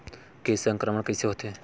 के संक्रमण कइसे होथे?